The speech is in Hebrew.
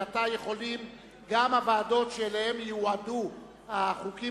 מעתה יכולות גם הוועדות שאליהן יועדו החוקים